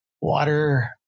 water